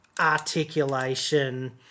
articulation